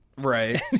Right